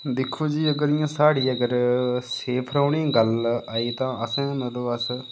दिक्खो जी साढ़ी अगर सेफ रौह्ने दी गल्ल आई तां असें तां मतलब अस